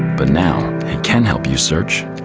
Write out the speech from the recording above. but now can help you search.